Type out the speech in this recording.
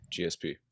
gsp